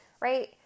right